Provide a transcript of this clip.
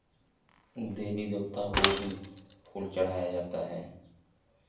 देवी देवताओं को भी फूल चढ़ाया जाता है